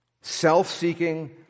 self-seeking